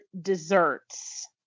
desserts